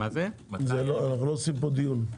אנחנו לא עושים פה דיון.